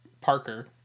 Parker